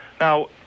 Now